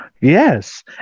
Yes